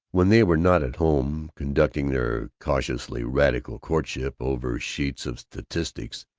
when they were not at home, conducting their cautiously radical courtship over sheets of statistics,